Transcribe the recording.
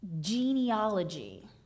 genealogy